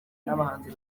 n’abahanzi